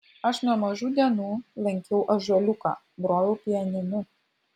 aš nuo mažų dienų lankiau ąžuoliuką grojau pianinu